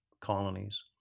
colonies